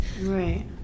right